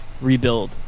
rebuild